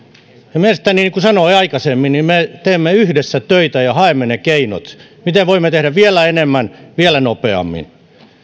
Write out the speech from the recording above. niin kuin sanoin aikaisemmin me teemme yhdessä töitä ja haemme ne keinot miten voimme tehdä vielä enemmän vielä nopeammin